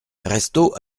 restaud